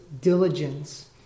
diligence